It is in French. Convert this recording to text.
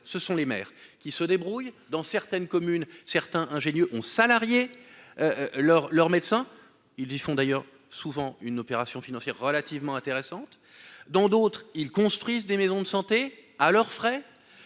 ce sont les maires qui se débrouille dans certaines communes, certains ingénieux ont salarié leur leur médecin il lui font d'ailleurs souvent une opération financière relativement intéressante dans d'autres ils construisent des maisons de santé à leur frais